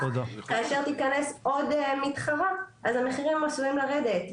כאשר תיכנס עוד מתחרה אז המחירים עשויים לרדת.